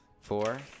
Four